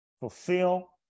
fulfill